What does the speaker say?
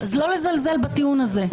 אז לא לזלזל בטיעון הזה.